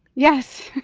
yes.